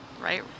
right